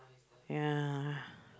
ya